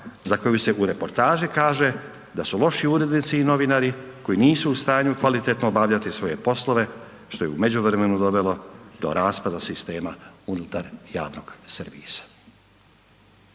za koju se u reportaži kaže da su loši urednici i novinari koji nisu u stanju kvalitetno obavljati svoje poslove, što je u međuvremenu dovelo do raspada sistema unutar javnog servisa.